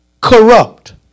corrupt